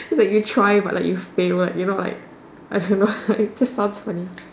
cause like you try but like you fail you know like I don't know it just sounds funny